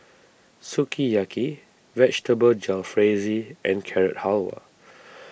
Sukiyaki Vegetable Jalfrezi and Carrot Halwa